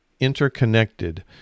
interconnected